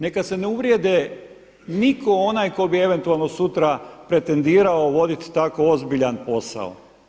Neka se ne uvrijedi nitko onaj tko bi eventualno sutra pretendirao voditi tako ozbiljan posao.